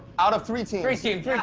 out of three teams. three teams.